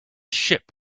ship